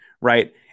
right